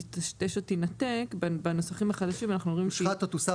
תטשטש או תינתק בנוסחים החדשים אנחנו אומרים שהיא תושחת או תוסר.